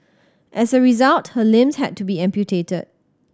as a result her limbs had to be amputated